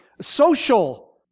social